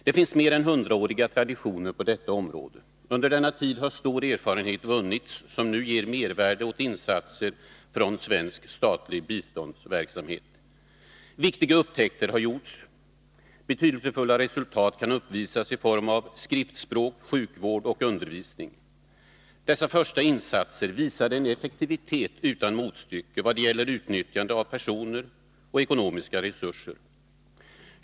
Det finns mer än hundraåriga traditioner på detta område. Under denna tid har stor erfarenhet vunnits som nu ger mervärde åt insatser från svensk statlig biståndsverksamhet. Viktiga upptäckter har gjorts. Betydelsefulla resultat kan uppvisas i form av skriftspråk, sjukvård och undervisning. Dessa första insatser visade en effektivitet utan motstycke vad gäller utnyttjande av personer och ekonomiska resurser.